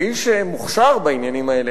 האיש מוכשר בעניינים האלה,